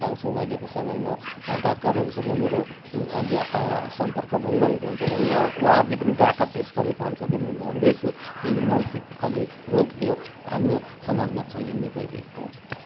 पाउँछौँ अहिलेको समयमा डक्टरहरूसँग मेरो सम्पर्क भइरहेको हुन्छ उहाँ उहाँहरूले पनि डाटा पेस गरेको हुन्छ कि म भन्दैछु कि मानसिक अहिले रोग यो हाम्रो समाजमा फैलिँदै गइरहेको पाउँछौँ